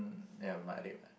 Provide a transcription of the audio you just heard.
ya matrep what